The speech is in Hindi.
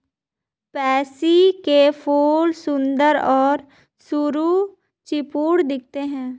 पैंसी के फूल सुंदर और सुरुचिपूर्ण दिखते हैं